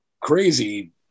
crazy